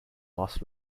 lost